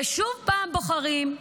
ועוד פעם בוחרים,